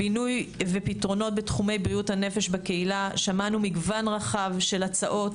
בינוי ופתרונות בתחומי בריאות הנפש בקהילה: שמענו מגוון רחב של הצעות